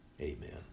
Amen